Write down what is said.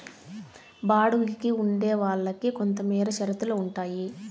బాడుగికి ఉండే వాళ్ళకి కొంతమేర షరతులు ఉంటాయి